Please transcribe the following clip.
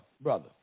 brother